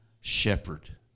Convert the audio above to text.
shepherd